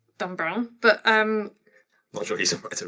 dan brown. but um not sure he's a writer.